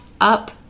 up